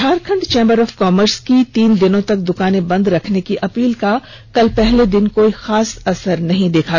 Jharkhand chamber of commerce की तीन दिनों तक दुकानें बंद रखने की अपील का कल पहले दिन कोई खास असर नहीं दिखा